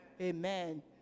Amen